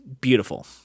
beautiful